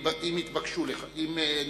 אם נתבקש.